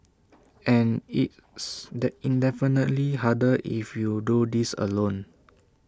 and it's the infinitely harder if you do this alone